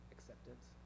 Acceptance